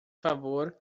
favor